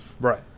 Right